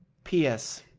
p. s.